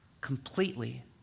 completely